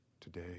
today